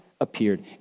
appeared